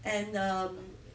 and err